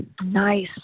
Nice